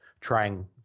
trying